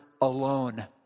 alone